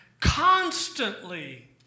Constantly